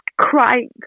crying